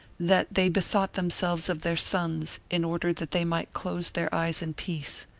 that they bethought themselves of their sons, in order that they might close their eyes in peace.